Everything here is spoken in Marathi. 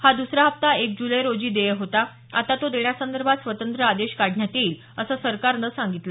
हा दुसरा हप्ता एक जुलै रोजी देय होता आता तो देण्यासंदर्भात स्वतंत्र आदेश काढण्यात येईल असं सरकारनं सांगितलं